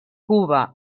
cuba